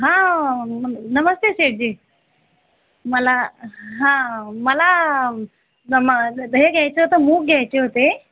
हा न नमस्ते शेटजी मला हा मला हे घ्यायचं होतं मूग घ्यायचे होते